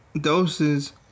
doses